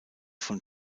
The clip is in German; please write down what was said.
von